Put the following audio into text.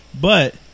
But-